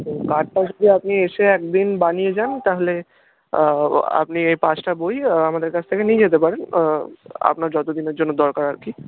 তো কার্ডটা যদি আপনি এসে একদিন বানিয়ে যান তাহলে আপনি এই পাঁচটা বই আমাদের কাছ থেকে নিয়ে যেতে পারেন আপনার যতদিনের জন্য দরকার আর কি